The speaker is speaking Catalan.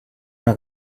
una